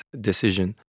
decision